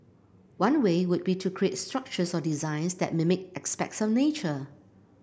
one way would be to create structures or designs that mimic aspects of nature